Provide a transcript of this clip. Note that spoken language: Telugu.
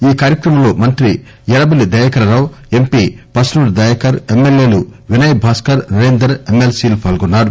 ఈ కార్యక్రమంలో మంత్రి ఎర్రబెల్లి దయాకర్రావు ఎంపి పసునూరి దయాకర్ ఎమ్మెల్యేలు వినయభాస్కర్ నరేందర్ ఎమ్మెల్పీలు పాల్గొన్నారు